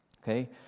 Okay